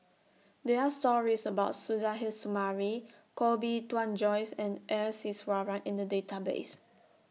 There Are stories about Suzairhe Sumari Koh Bee Tuan Joyce and S Iswaran in The Database